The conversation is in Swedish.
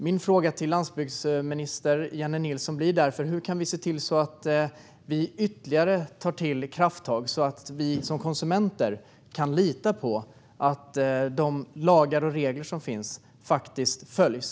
Min fråga till landsbygdsminister Jennie Nilsson blir därför: Hur kan vi se till att vi tar ytterligare krafttag så att vi som konsumenter kan lita på att de lagar och regler som finns följs?